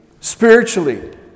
spiritually